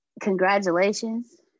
congratulations